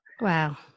Wow